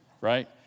right